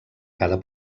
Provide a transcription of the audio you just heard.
cada